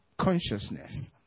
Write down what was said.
consciousness